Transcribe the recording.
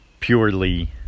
purely